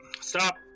stop